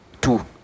Two